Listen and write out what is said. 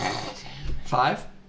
Five